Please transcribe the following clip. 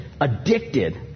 addicted